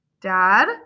Dad